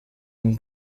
den